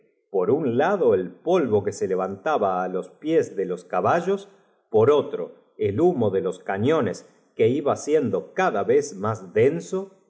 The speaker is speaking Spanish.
por un lado el polvo quo se levantaba á los pies de los caballos por otro el humo do los cañones que iba sien do cada voz más denso